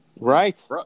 Right